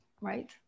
Right